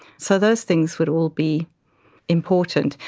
so those things would all be important.